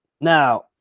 Now